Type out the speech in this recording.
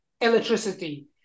electricity